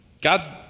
God